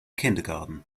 kindergarten